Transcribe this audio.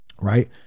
right